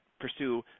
pursue